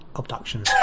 abductions